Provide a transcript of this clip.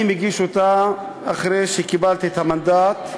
אני מגיש אותה אחרי שקיבלתי את המנדט.